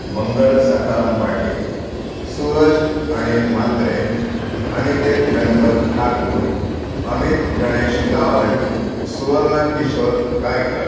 Mangal Sakharam Patil Suraj Anil Mhatre Aniket Ganpat Thakur Amit Ganesh Gawan Suvarna Kishore Gaikar